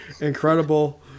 incredible